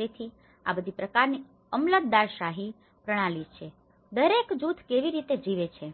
તેથી આ બધી પ્રકારની અમલદારશાહી પ્રણાલી છે દરેક જૂથ કેવી રીતે જીવે છે